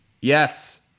Yes